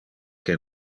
que